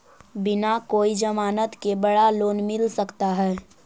बिना कोई जमानत के बड़ा लोन मिल सकता है?